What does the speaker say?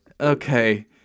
Okay